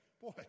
boy